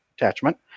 attachment